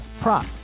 prop